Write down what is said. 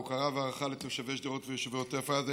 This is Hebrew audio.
הוקרה והערכה לתושבי שדרות ויישובי עוטף עזה.